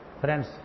Friends